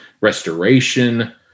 restoration